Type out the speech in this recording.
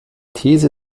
these